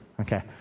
Okay